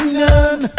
none